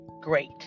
great